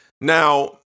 Now